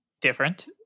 different